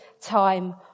time